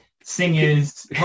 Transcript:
singers